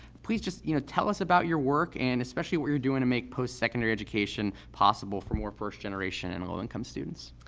please just, you know, tell us about your work and especially what you're doing to make post-secondary education possible for more first generation and low-income students.